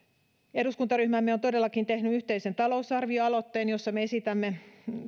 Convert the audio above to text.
eduskuntaryhmämme on todellakin tehnyt yhteisen talousarvioaloitteen jossa me esitämme